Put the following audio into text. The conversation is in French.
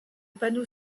panneau